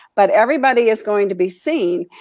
but everybody is going to be seen,